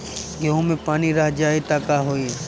गेंहू मे पानी रह जाई त का होई?